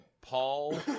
Paul